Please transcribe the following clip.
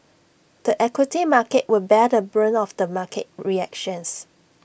the equity market will bear the brunt of the market reactions